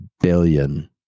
billion